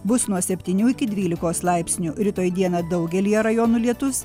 bus nuo septynių iki dvylikos laipsnių rytoj dieną daugelyje rajonų lietus